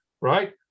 right